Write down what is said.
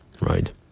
right